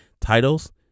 titles